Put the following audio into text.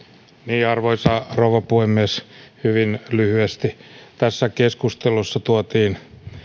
arvoisa rouva puhemies hyvin lyhyesti tässä keskustelussa tuotiin